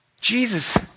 Jesus